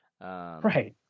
Right